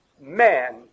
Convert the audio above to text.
Man